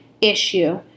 issue